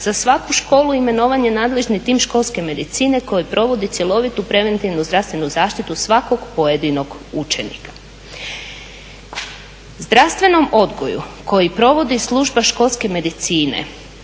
Za svaku školu imenovan je nadležni tim školske medicine koji provodi cjelovitu preventivnu zdravstvenu zaštitu svakog pojedinog učenika. Zdravstvenom odgoju koji provodi služba školske medicine,